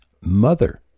mother